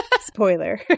Spoiler